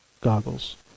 goggles